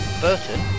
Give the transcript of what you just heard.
Burton